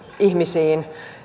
ihmisiin